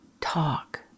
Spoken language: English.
talk